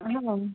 minimum